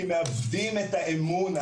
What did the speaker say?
כי מאבדים את האמון,